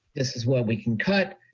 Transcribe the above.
this is what we can cut.